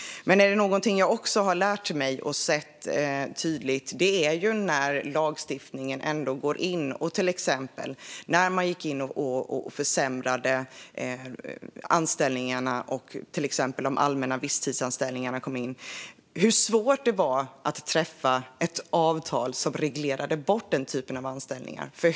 Men något jag också har lärt mig och sett tydligt är hur svårt det var, till exempel när man med lagstiftning gick in och försämrade anställningarna och de allmänna visstidsanställningarna kom in, att träffa ett avtal som reglerade bort den typen av anställningar.